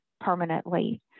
permanently